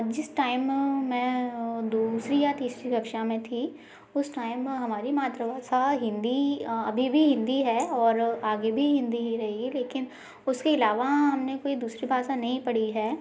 जिस टाइम अ मैं अ दूसरी या तिसरी कक्षा में थी उस टाइम अ हमारी मातृ भाषा हिंदी अ अभी भी हिंदी है और आगे भी हिंदी ही रहेगी लेकिन उसके इलावा हमने कोई दूसरी भाषा नहीं पढ़ी है